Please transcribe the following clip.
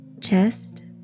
chest